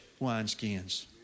wineskins